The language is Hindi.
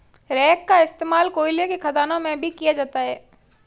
रेक का इश्तेमाल कोयले के खदानों में भी किया जाता है